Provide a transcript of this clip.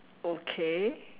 okay